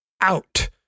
out